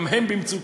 גם הם במצוקה,